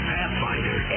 Pathfinder